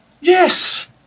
Yes